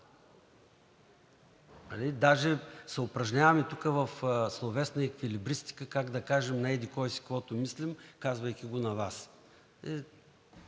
даже се упражняваме тук в словесна еквилибристика как да кажем на еди-кой си каквото мислим, казвайки го на Вас.